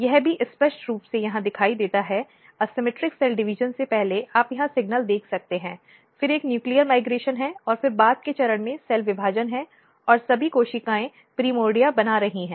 यह भी स्पष्ट रूप से यहां दिखाई देता है असममित सेल डिवीजन से पहले आप यहां सिग्नल देख सकते हैं फिर एक न्यूक्लीय माइग्रेशन है और फिर बाद के चरण में सेल विभाजन है और सभी कोशिकाएं प्राइमोर्डिया बना रही हैं